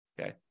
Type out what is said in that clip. okay